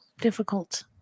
difficult